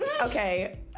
Okay